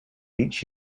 each